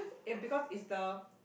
eh because is the